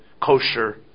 kosher